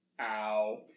Ow